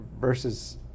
versus